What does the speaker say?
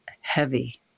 heavy